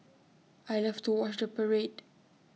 I love to watch the parade